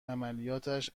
عملیاتش